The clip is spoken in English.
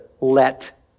let